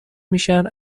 میشن